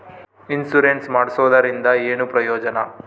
Insurance ಮಾಡ್ಸೋದರಿಂದ ಏನು ಪ್ರಯೋಜನ?